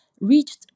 reached